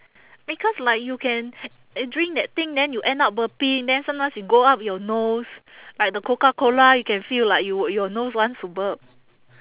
because like you can drink that thing then you end up burping then sometimes will go up your nose like the Coca-Cola you can feel like you your nose wants to burp